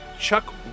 Chuck